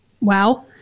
wow